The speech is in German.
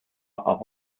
auch